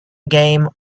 game